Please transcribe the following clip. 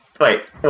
Wait